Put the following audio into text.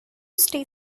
stay